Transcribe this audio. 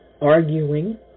arguing